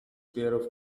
pairs